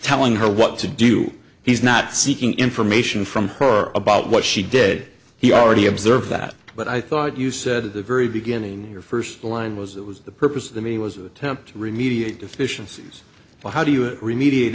telling her what to do he's not seeking information from her about what she did he already observed that but i thought you said the very beginning your first line was that was the purpose of the me was an attempt to remediate deficiencies but how do you agree mediate